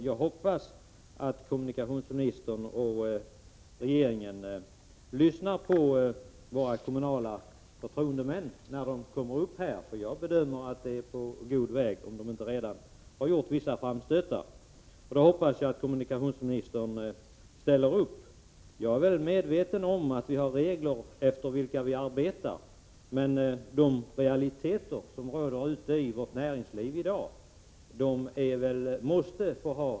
Jag hoppas att kommunikationsministern och regeringen skall lyssna på våra kommunala förtroendemän, som kommer att vända sig till regeringen — jag har förstått att de har planer på att göra det. Jag är medveten om att vi har att följa vissa regler i vårt arbete, men de måste kunna påverkas av de realiteter som råder ute i vårt näringsliv i dag.